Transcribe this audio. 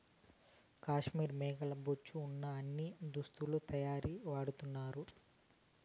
కాశ్మీర్ మేకల బొచ్చే వున ఉన్ని దుస్తులు తయారీకి వాడతన్నారు